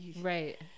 Right